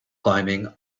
climbing